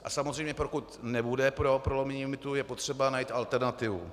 A samozřejmě pokud nebude pro prolomení limitu, je potřeba najít alternativu.